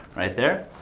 right there.